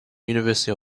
university